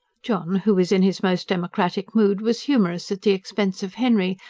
john, who was in his most democratic mood, was humorous at the expense of henry,